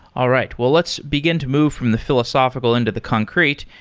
all right. well let's begin to move from the philosophical into the concrete.